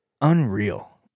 unreal